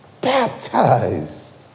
baptized